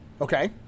Okay